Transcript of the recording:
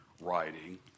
writing